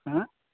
হা